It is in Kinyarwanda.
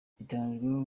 bitegekanijwe